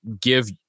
give